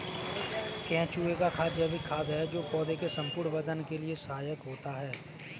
केंचुए का खाद जैविक खाद है जो पौधे के संपूर्ण वर्धन के लिए सहायक होता है